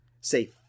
say